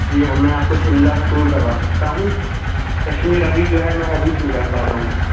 جی ہاں میں آپ کو شملہ کا ٹور کروا سکتا ہوں کشمیر ابھی جو ہے میں ارینج نہیں کر پا رہا ہوں